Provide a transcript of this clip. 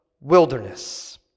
wilderness